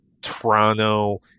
toronto